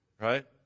right